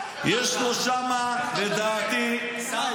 יש לו שם לדעתי --- תגיד לי,